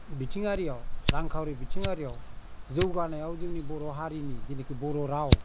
बिथिङारियाव रांखावरि बिथिङारियाव जौगानायाव जोंनि बर' हारिनि जेनोखि बर' राव